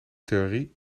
theorie